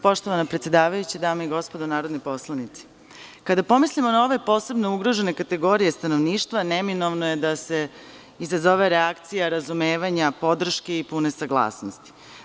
Poštovana predsedavajuća, dame i gospodo narodni poslanici, kada pomislimo na ove posebne ugrožene kategorije stanovništva, neminovno je da se izazove reakcija razumevanja podrške i pune saglasnosti.